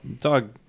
Dog